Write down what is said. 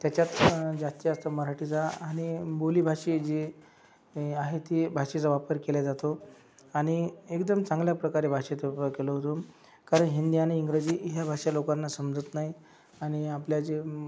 त्याच्यात जास्तीत जास्त मराठीचा आणि बोलीभाषा जी आहे त्या भाषेचा वापर केला जातो आणि एकदम चांगल्या प्रकारे भाषेचा उपयोग केला जातो कारण हिंदी आणि इंग्रजी या भाषा लोकांना समजत नाही आणि आपल्या जे